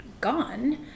gone